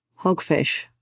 Hogfish